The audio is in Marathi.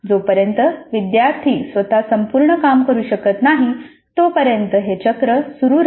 जोपर्यंत विद्यार्थी स्वतः संपूर्ण काम करू शकत नाहीत तोपर्यंत हे चक्र सुरू राहते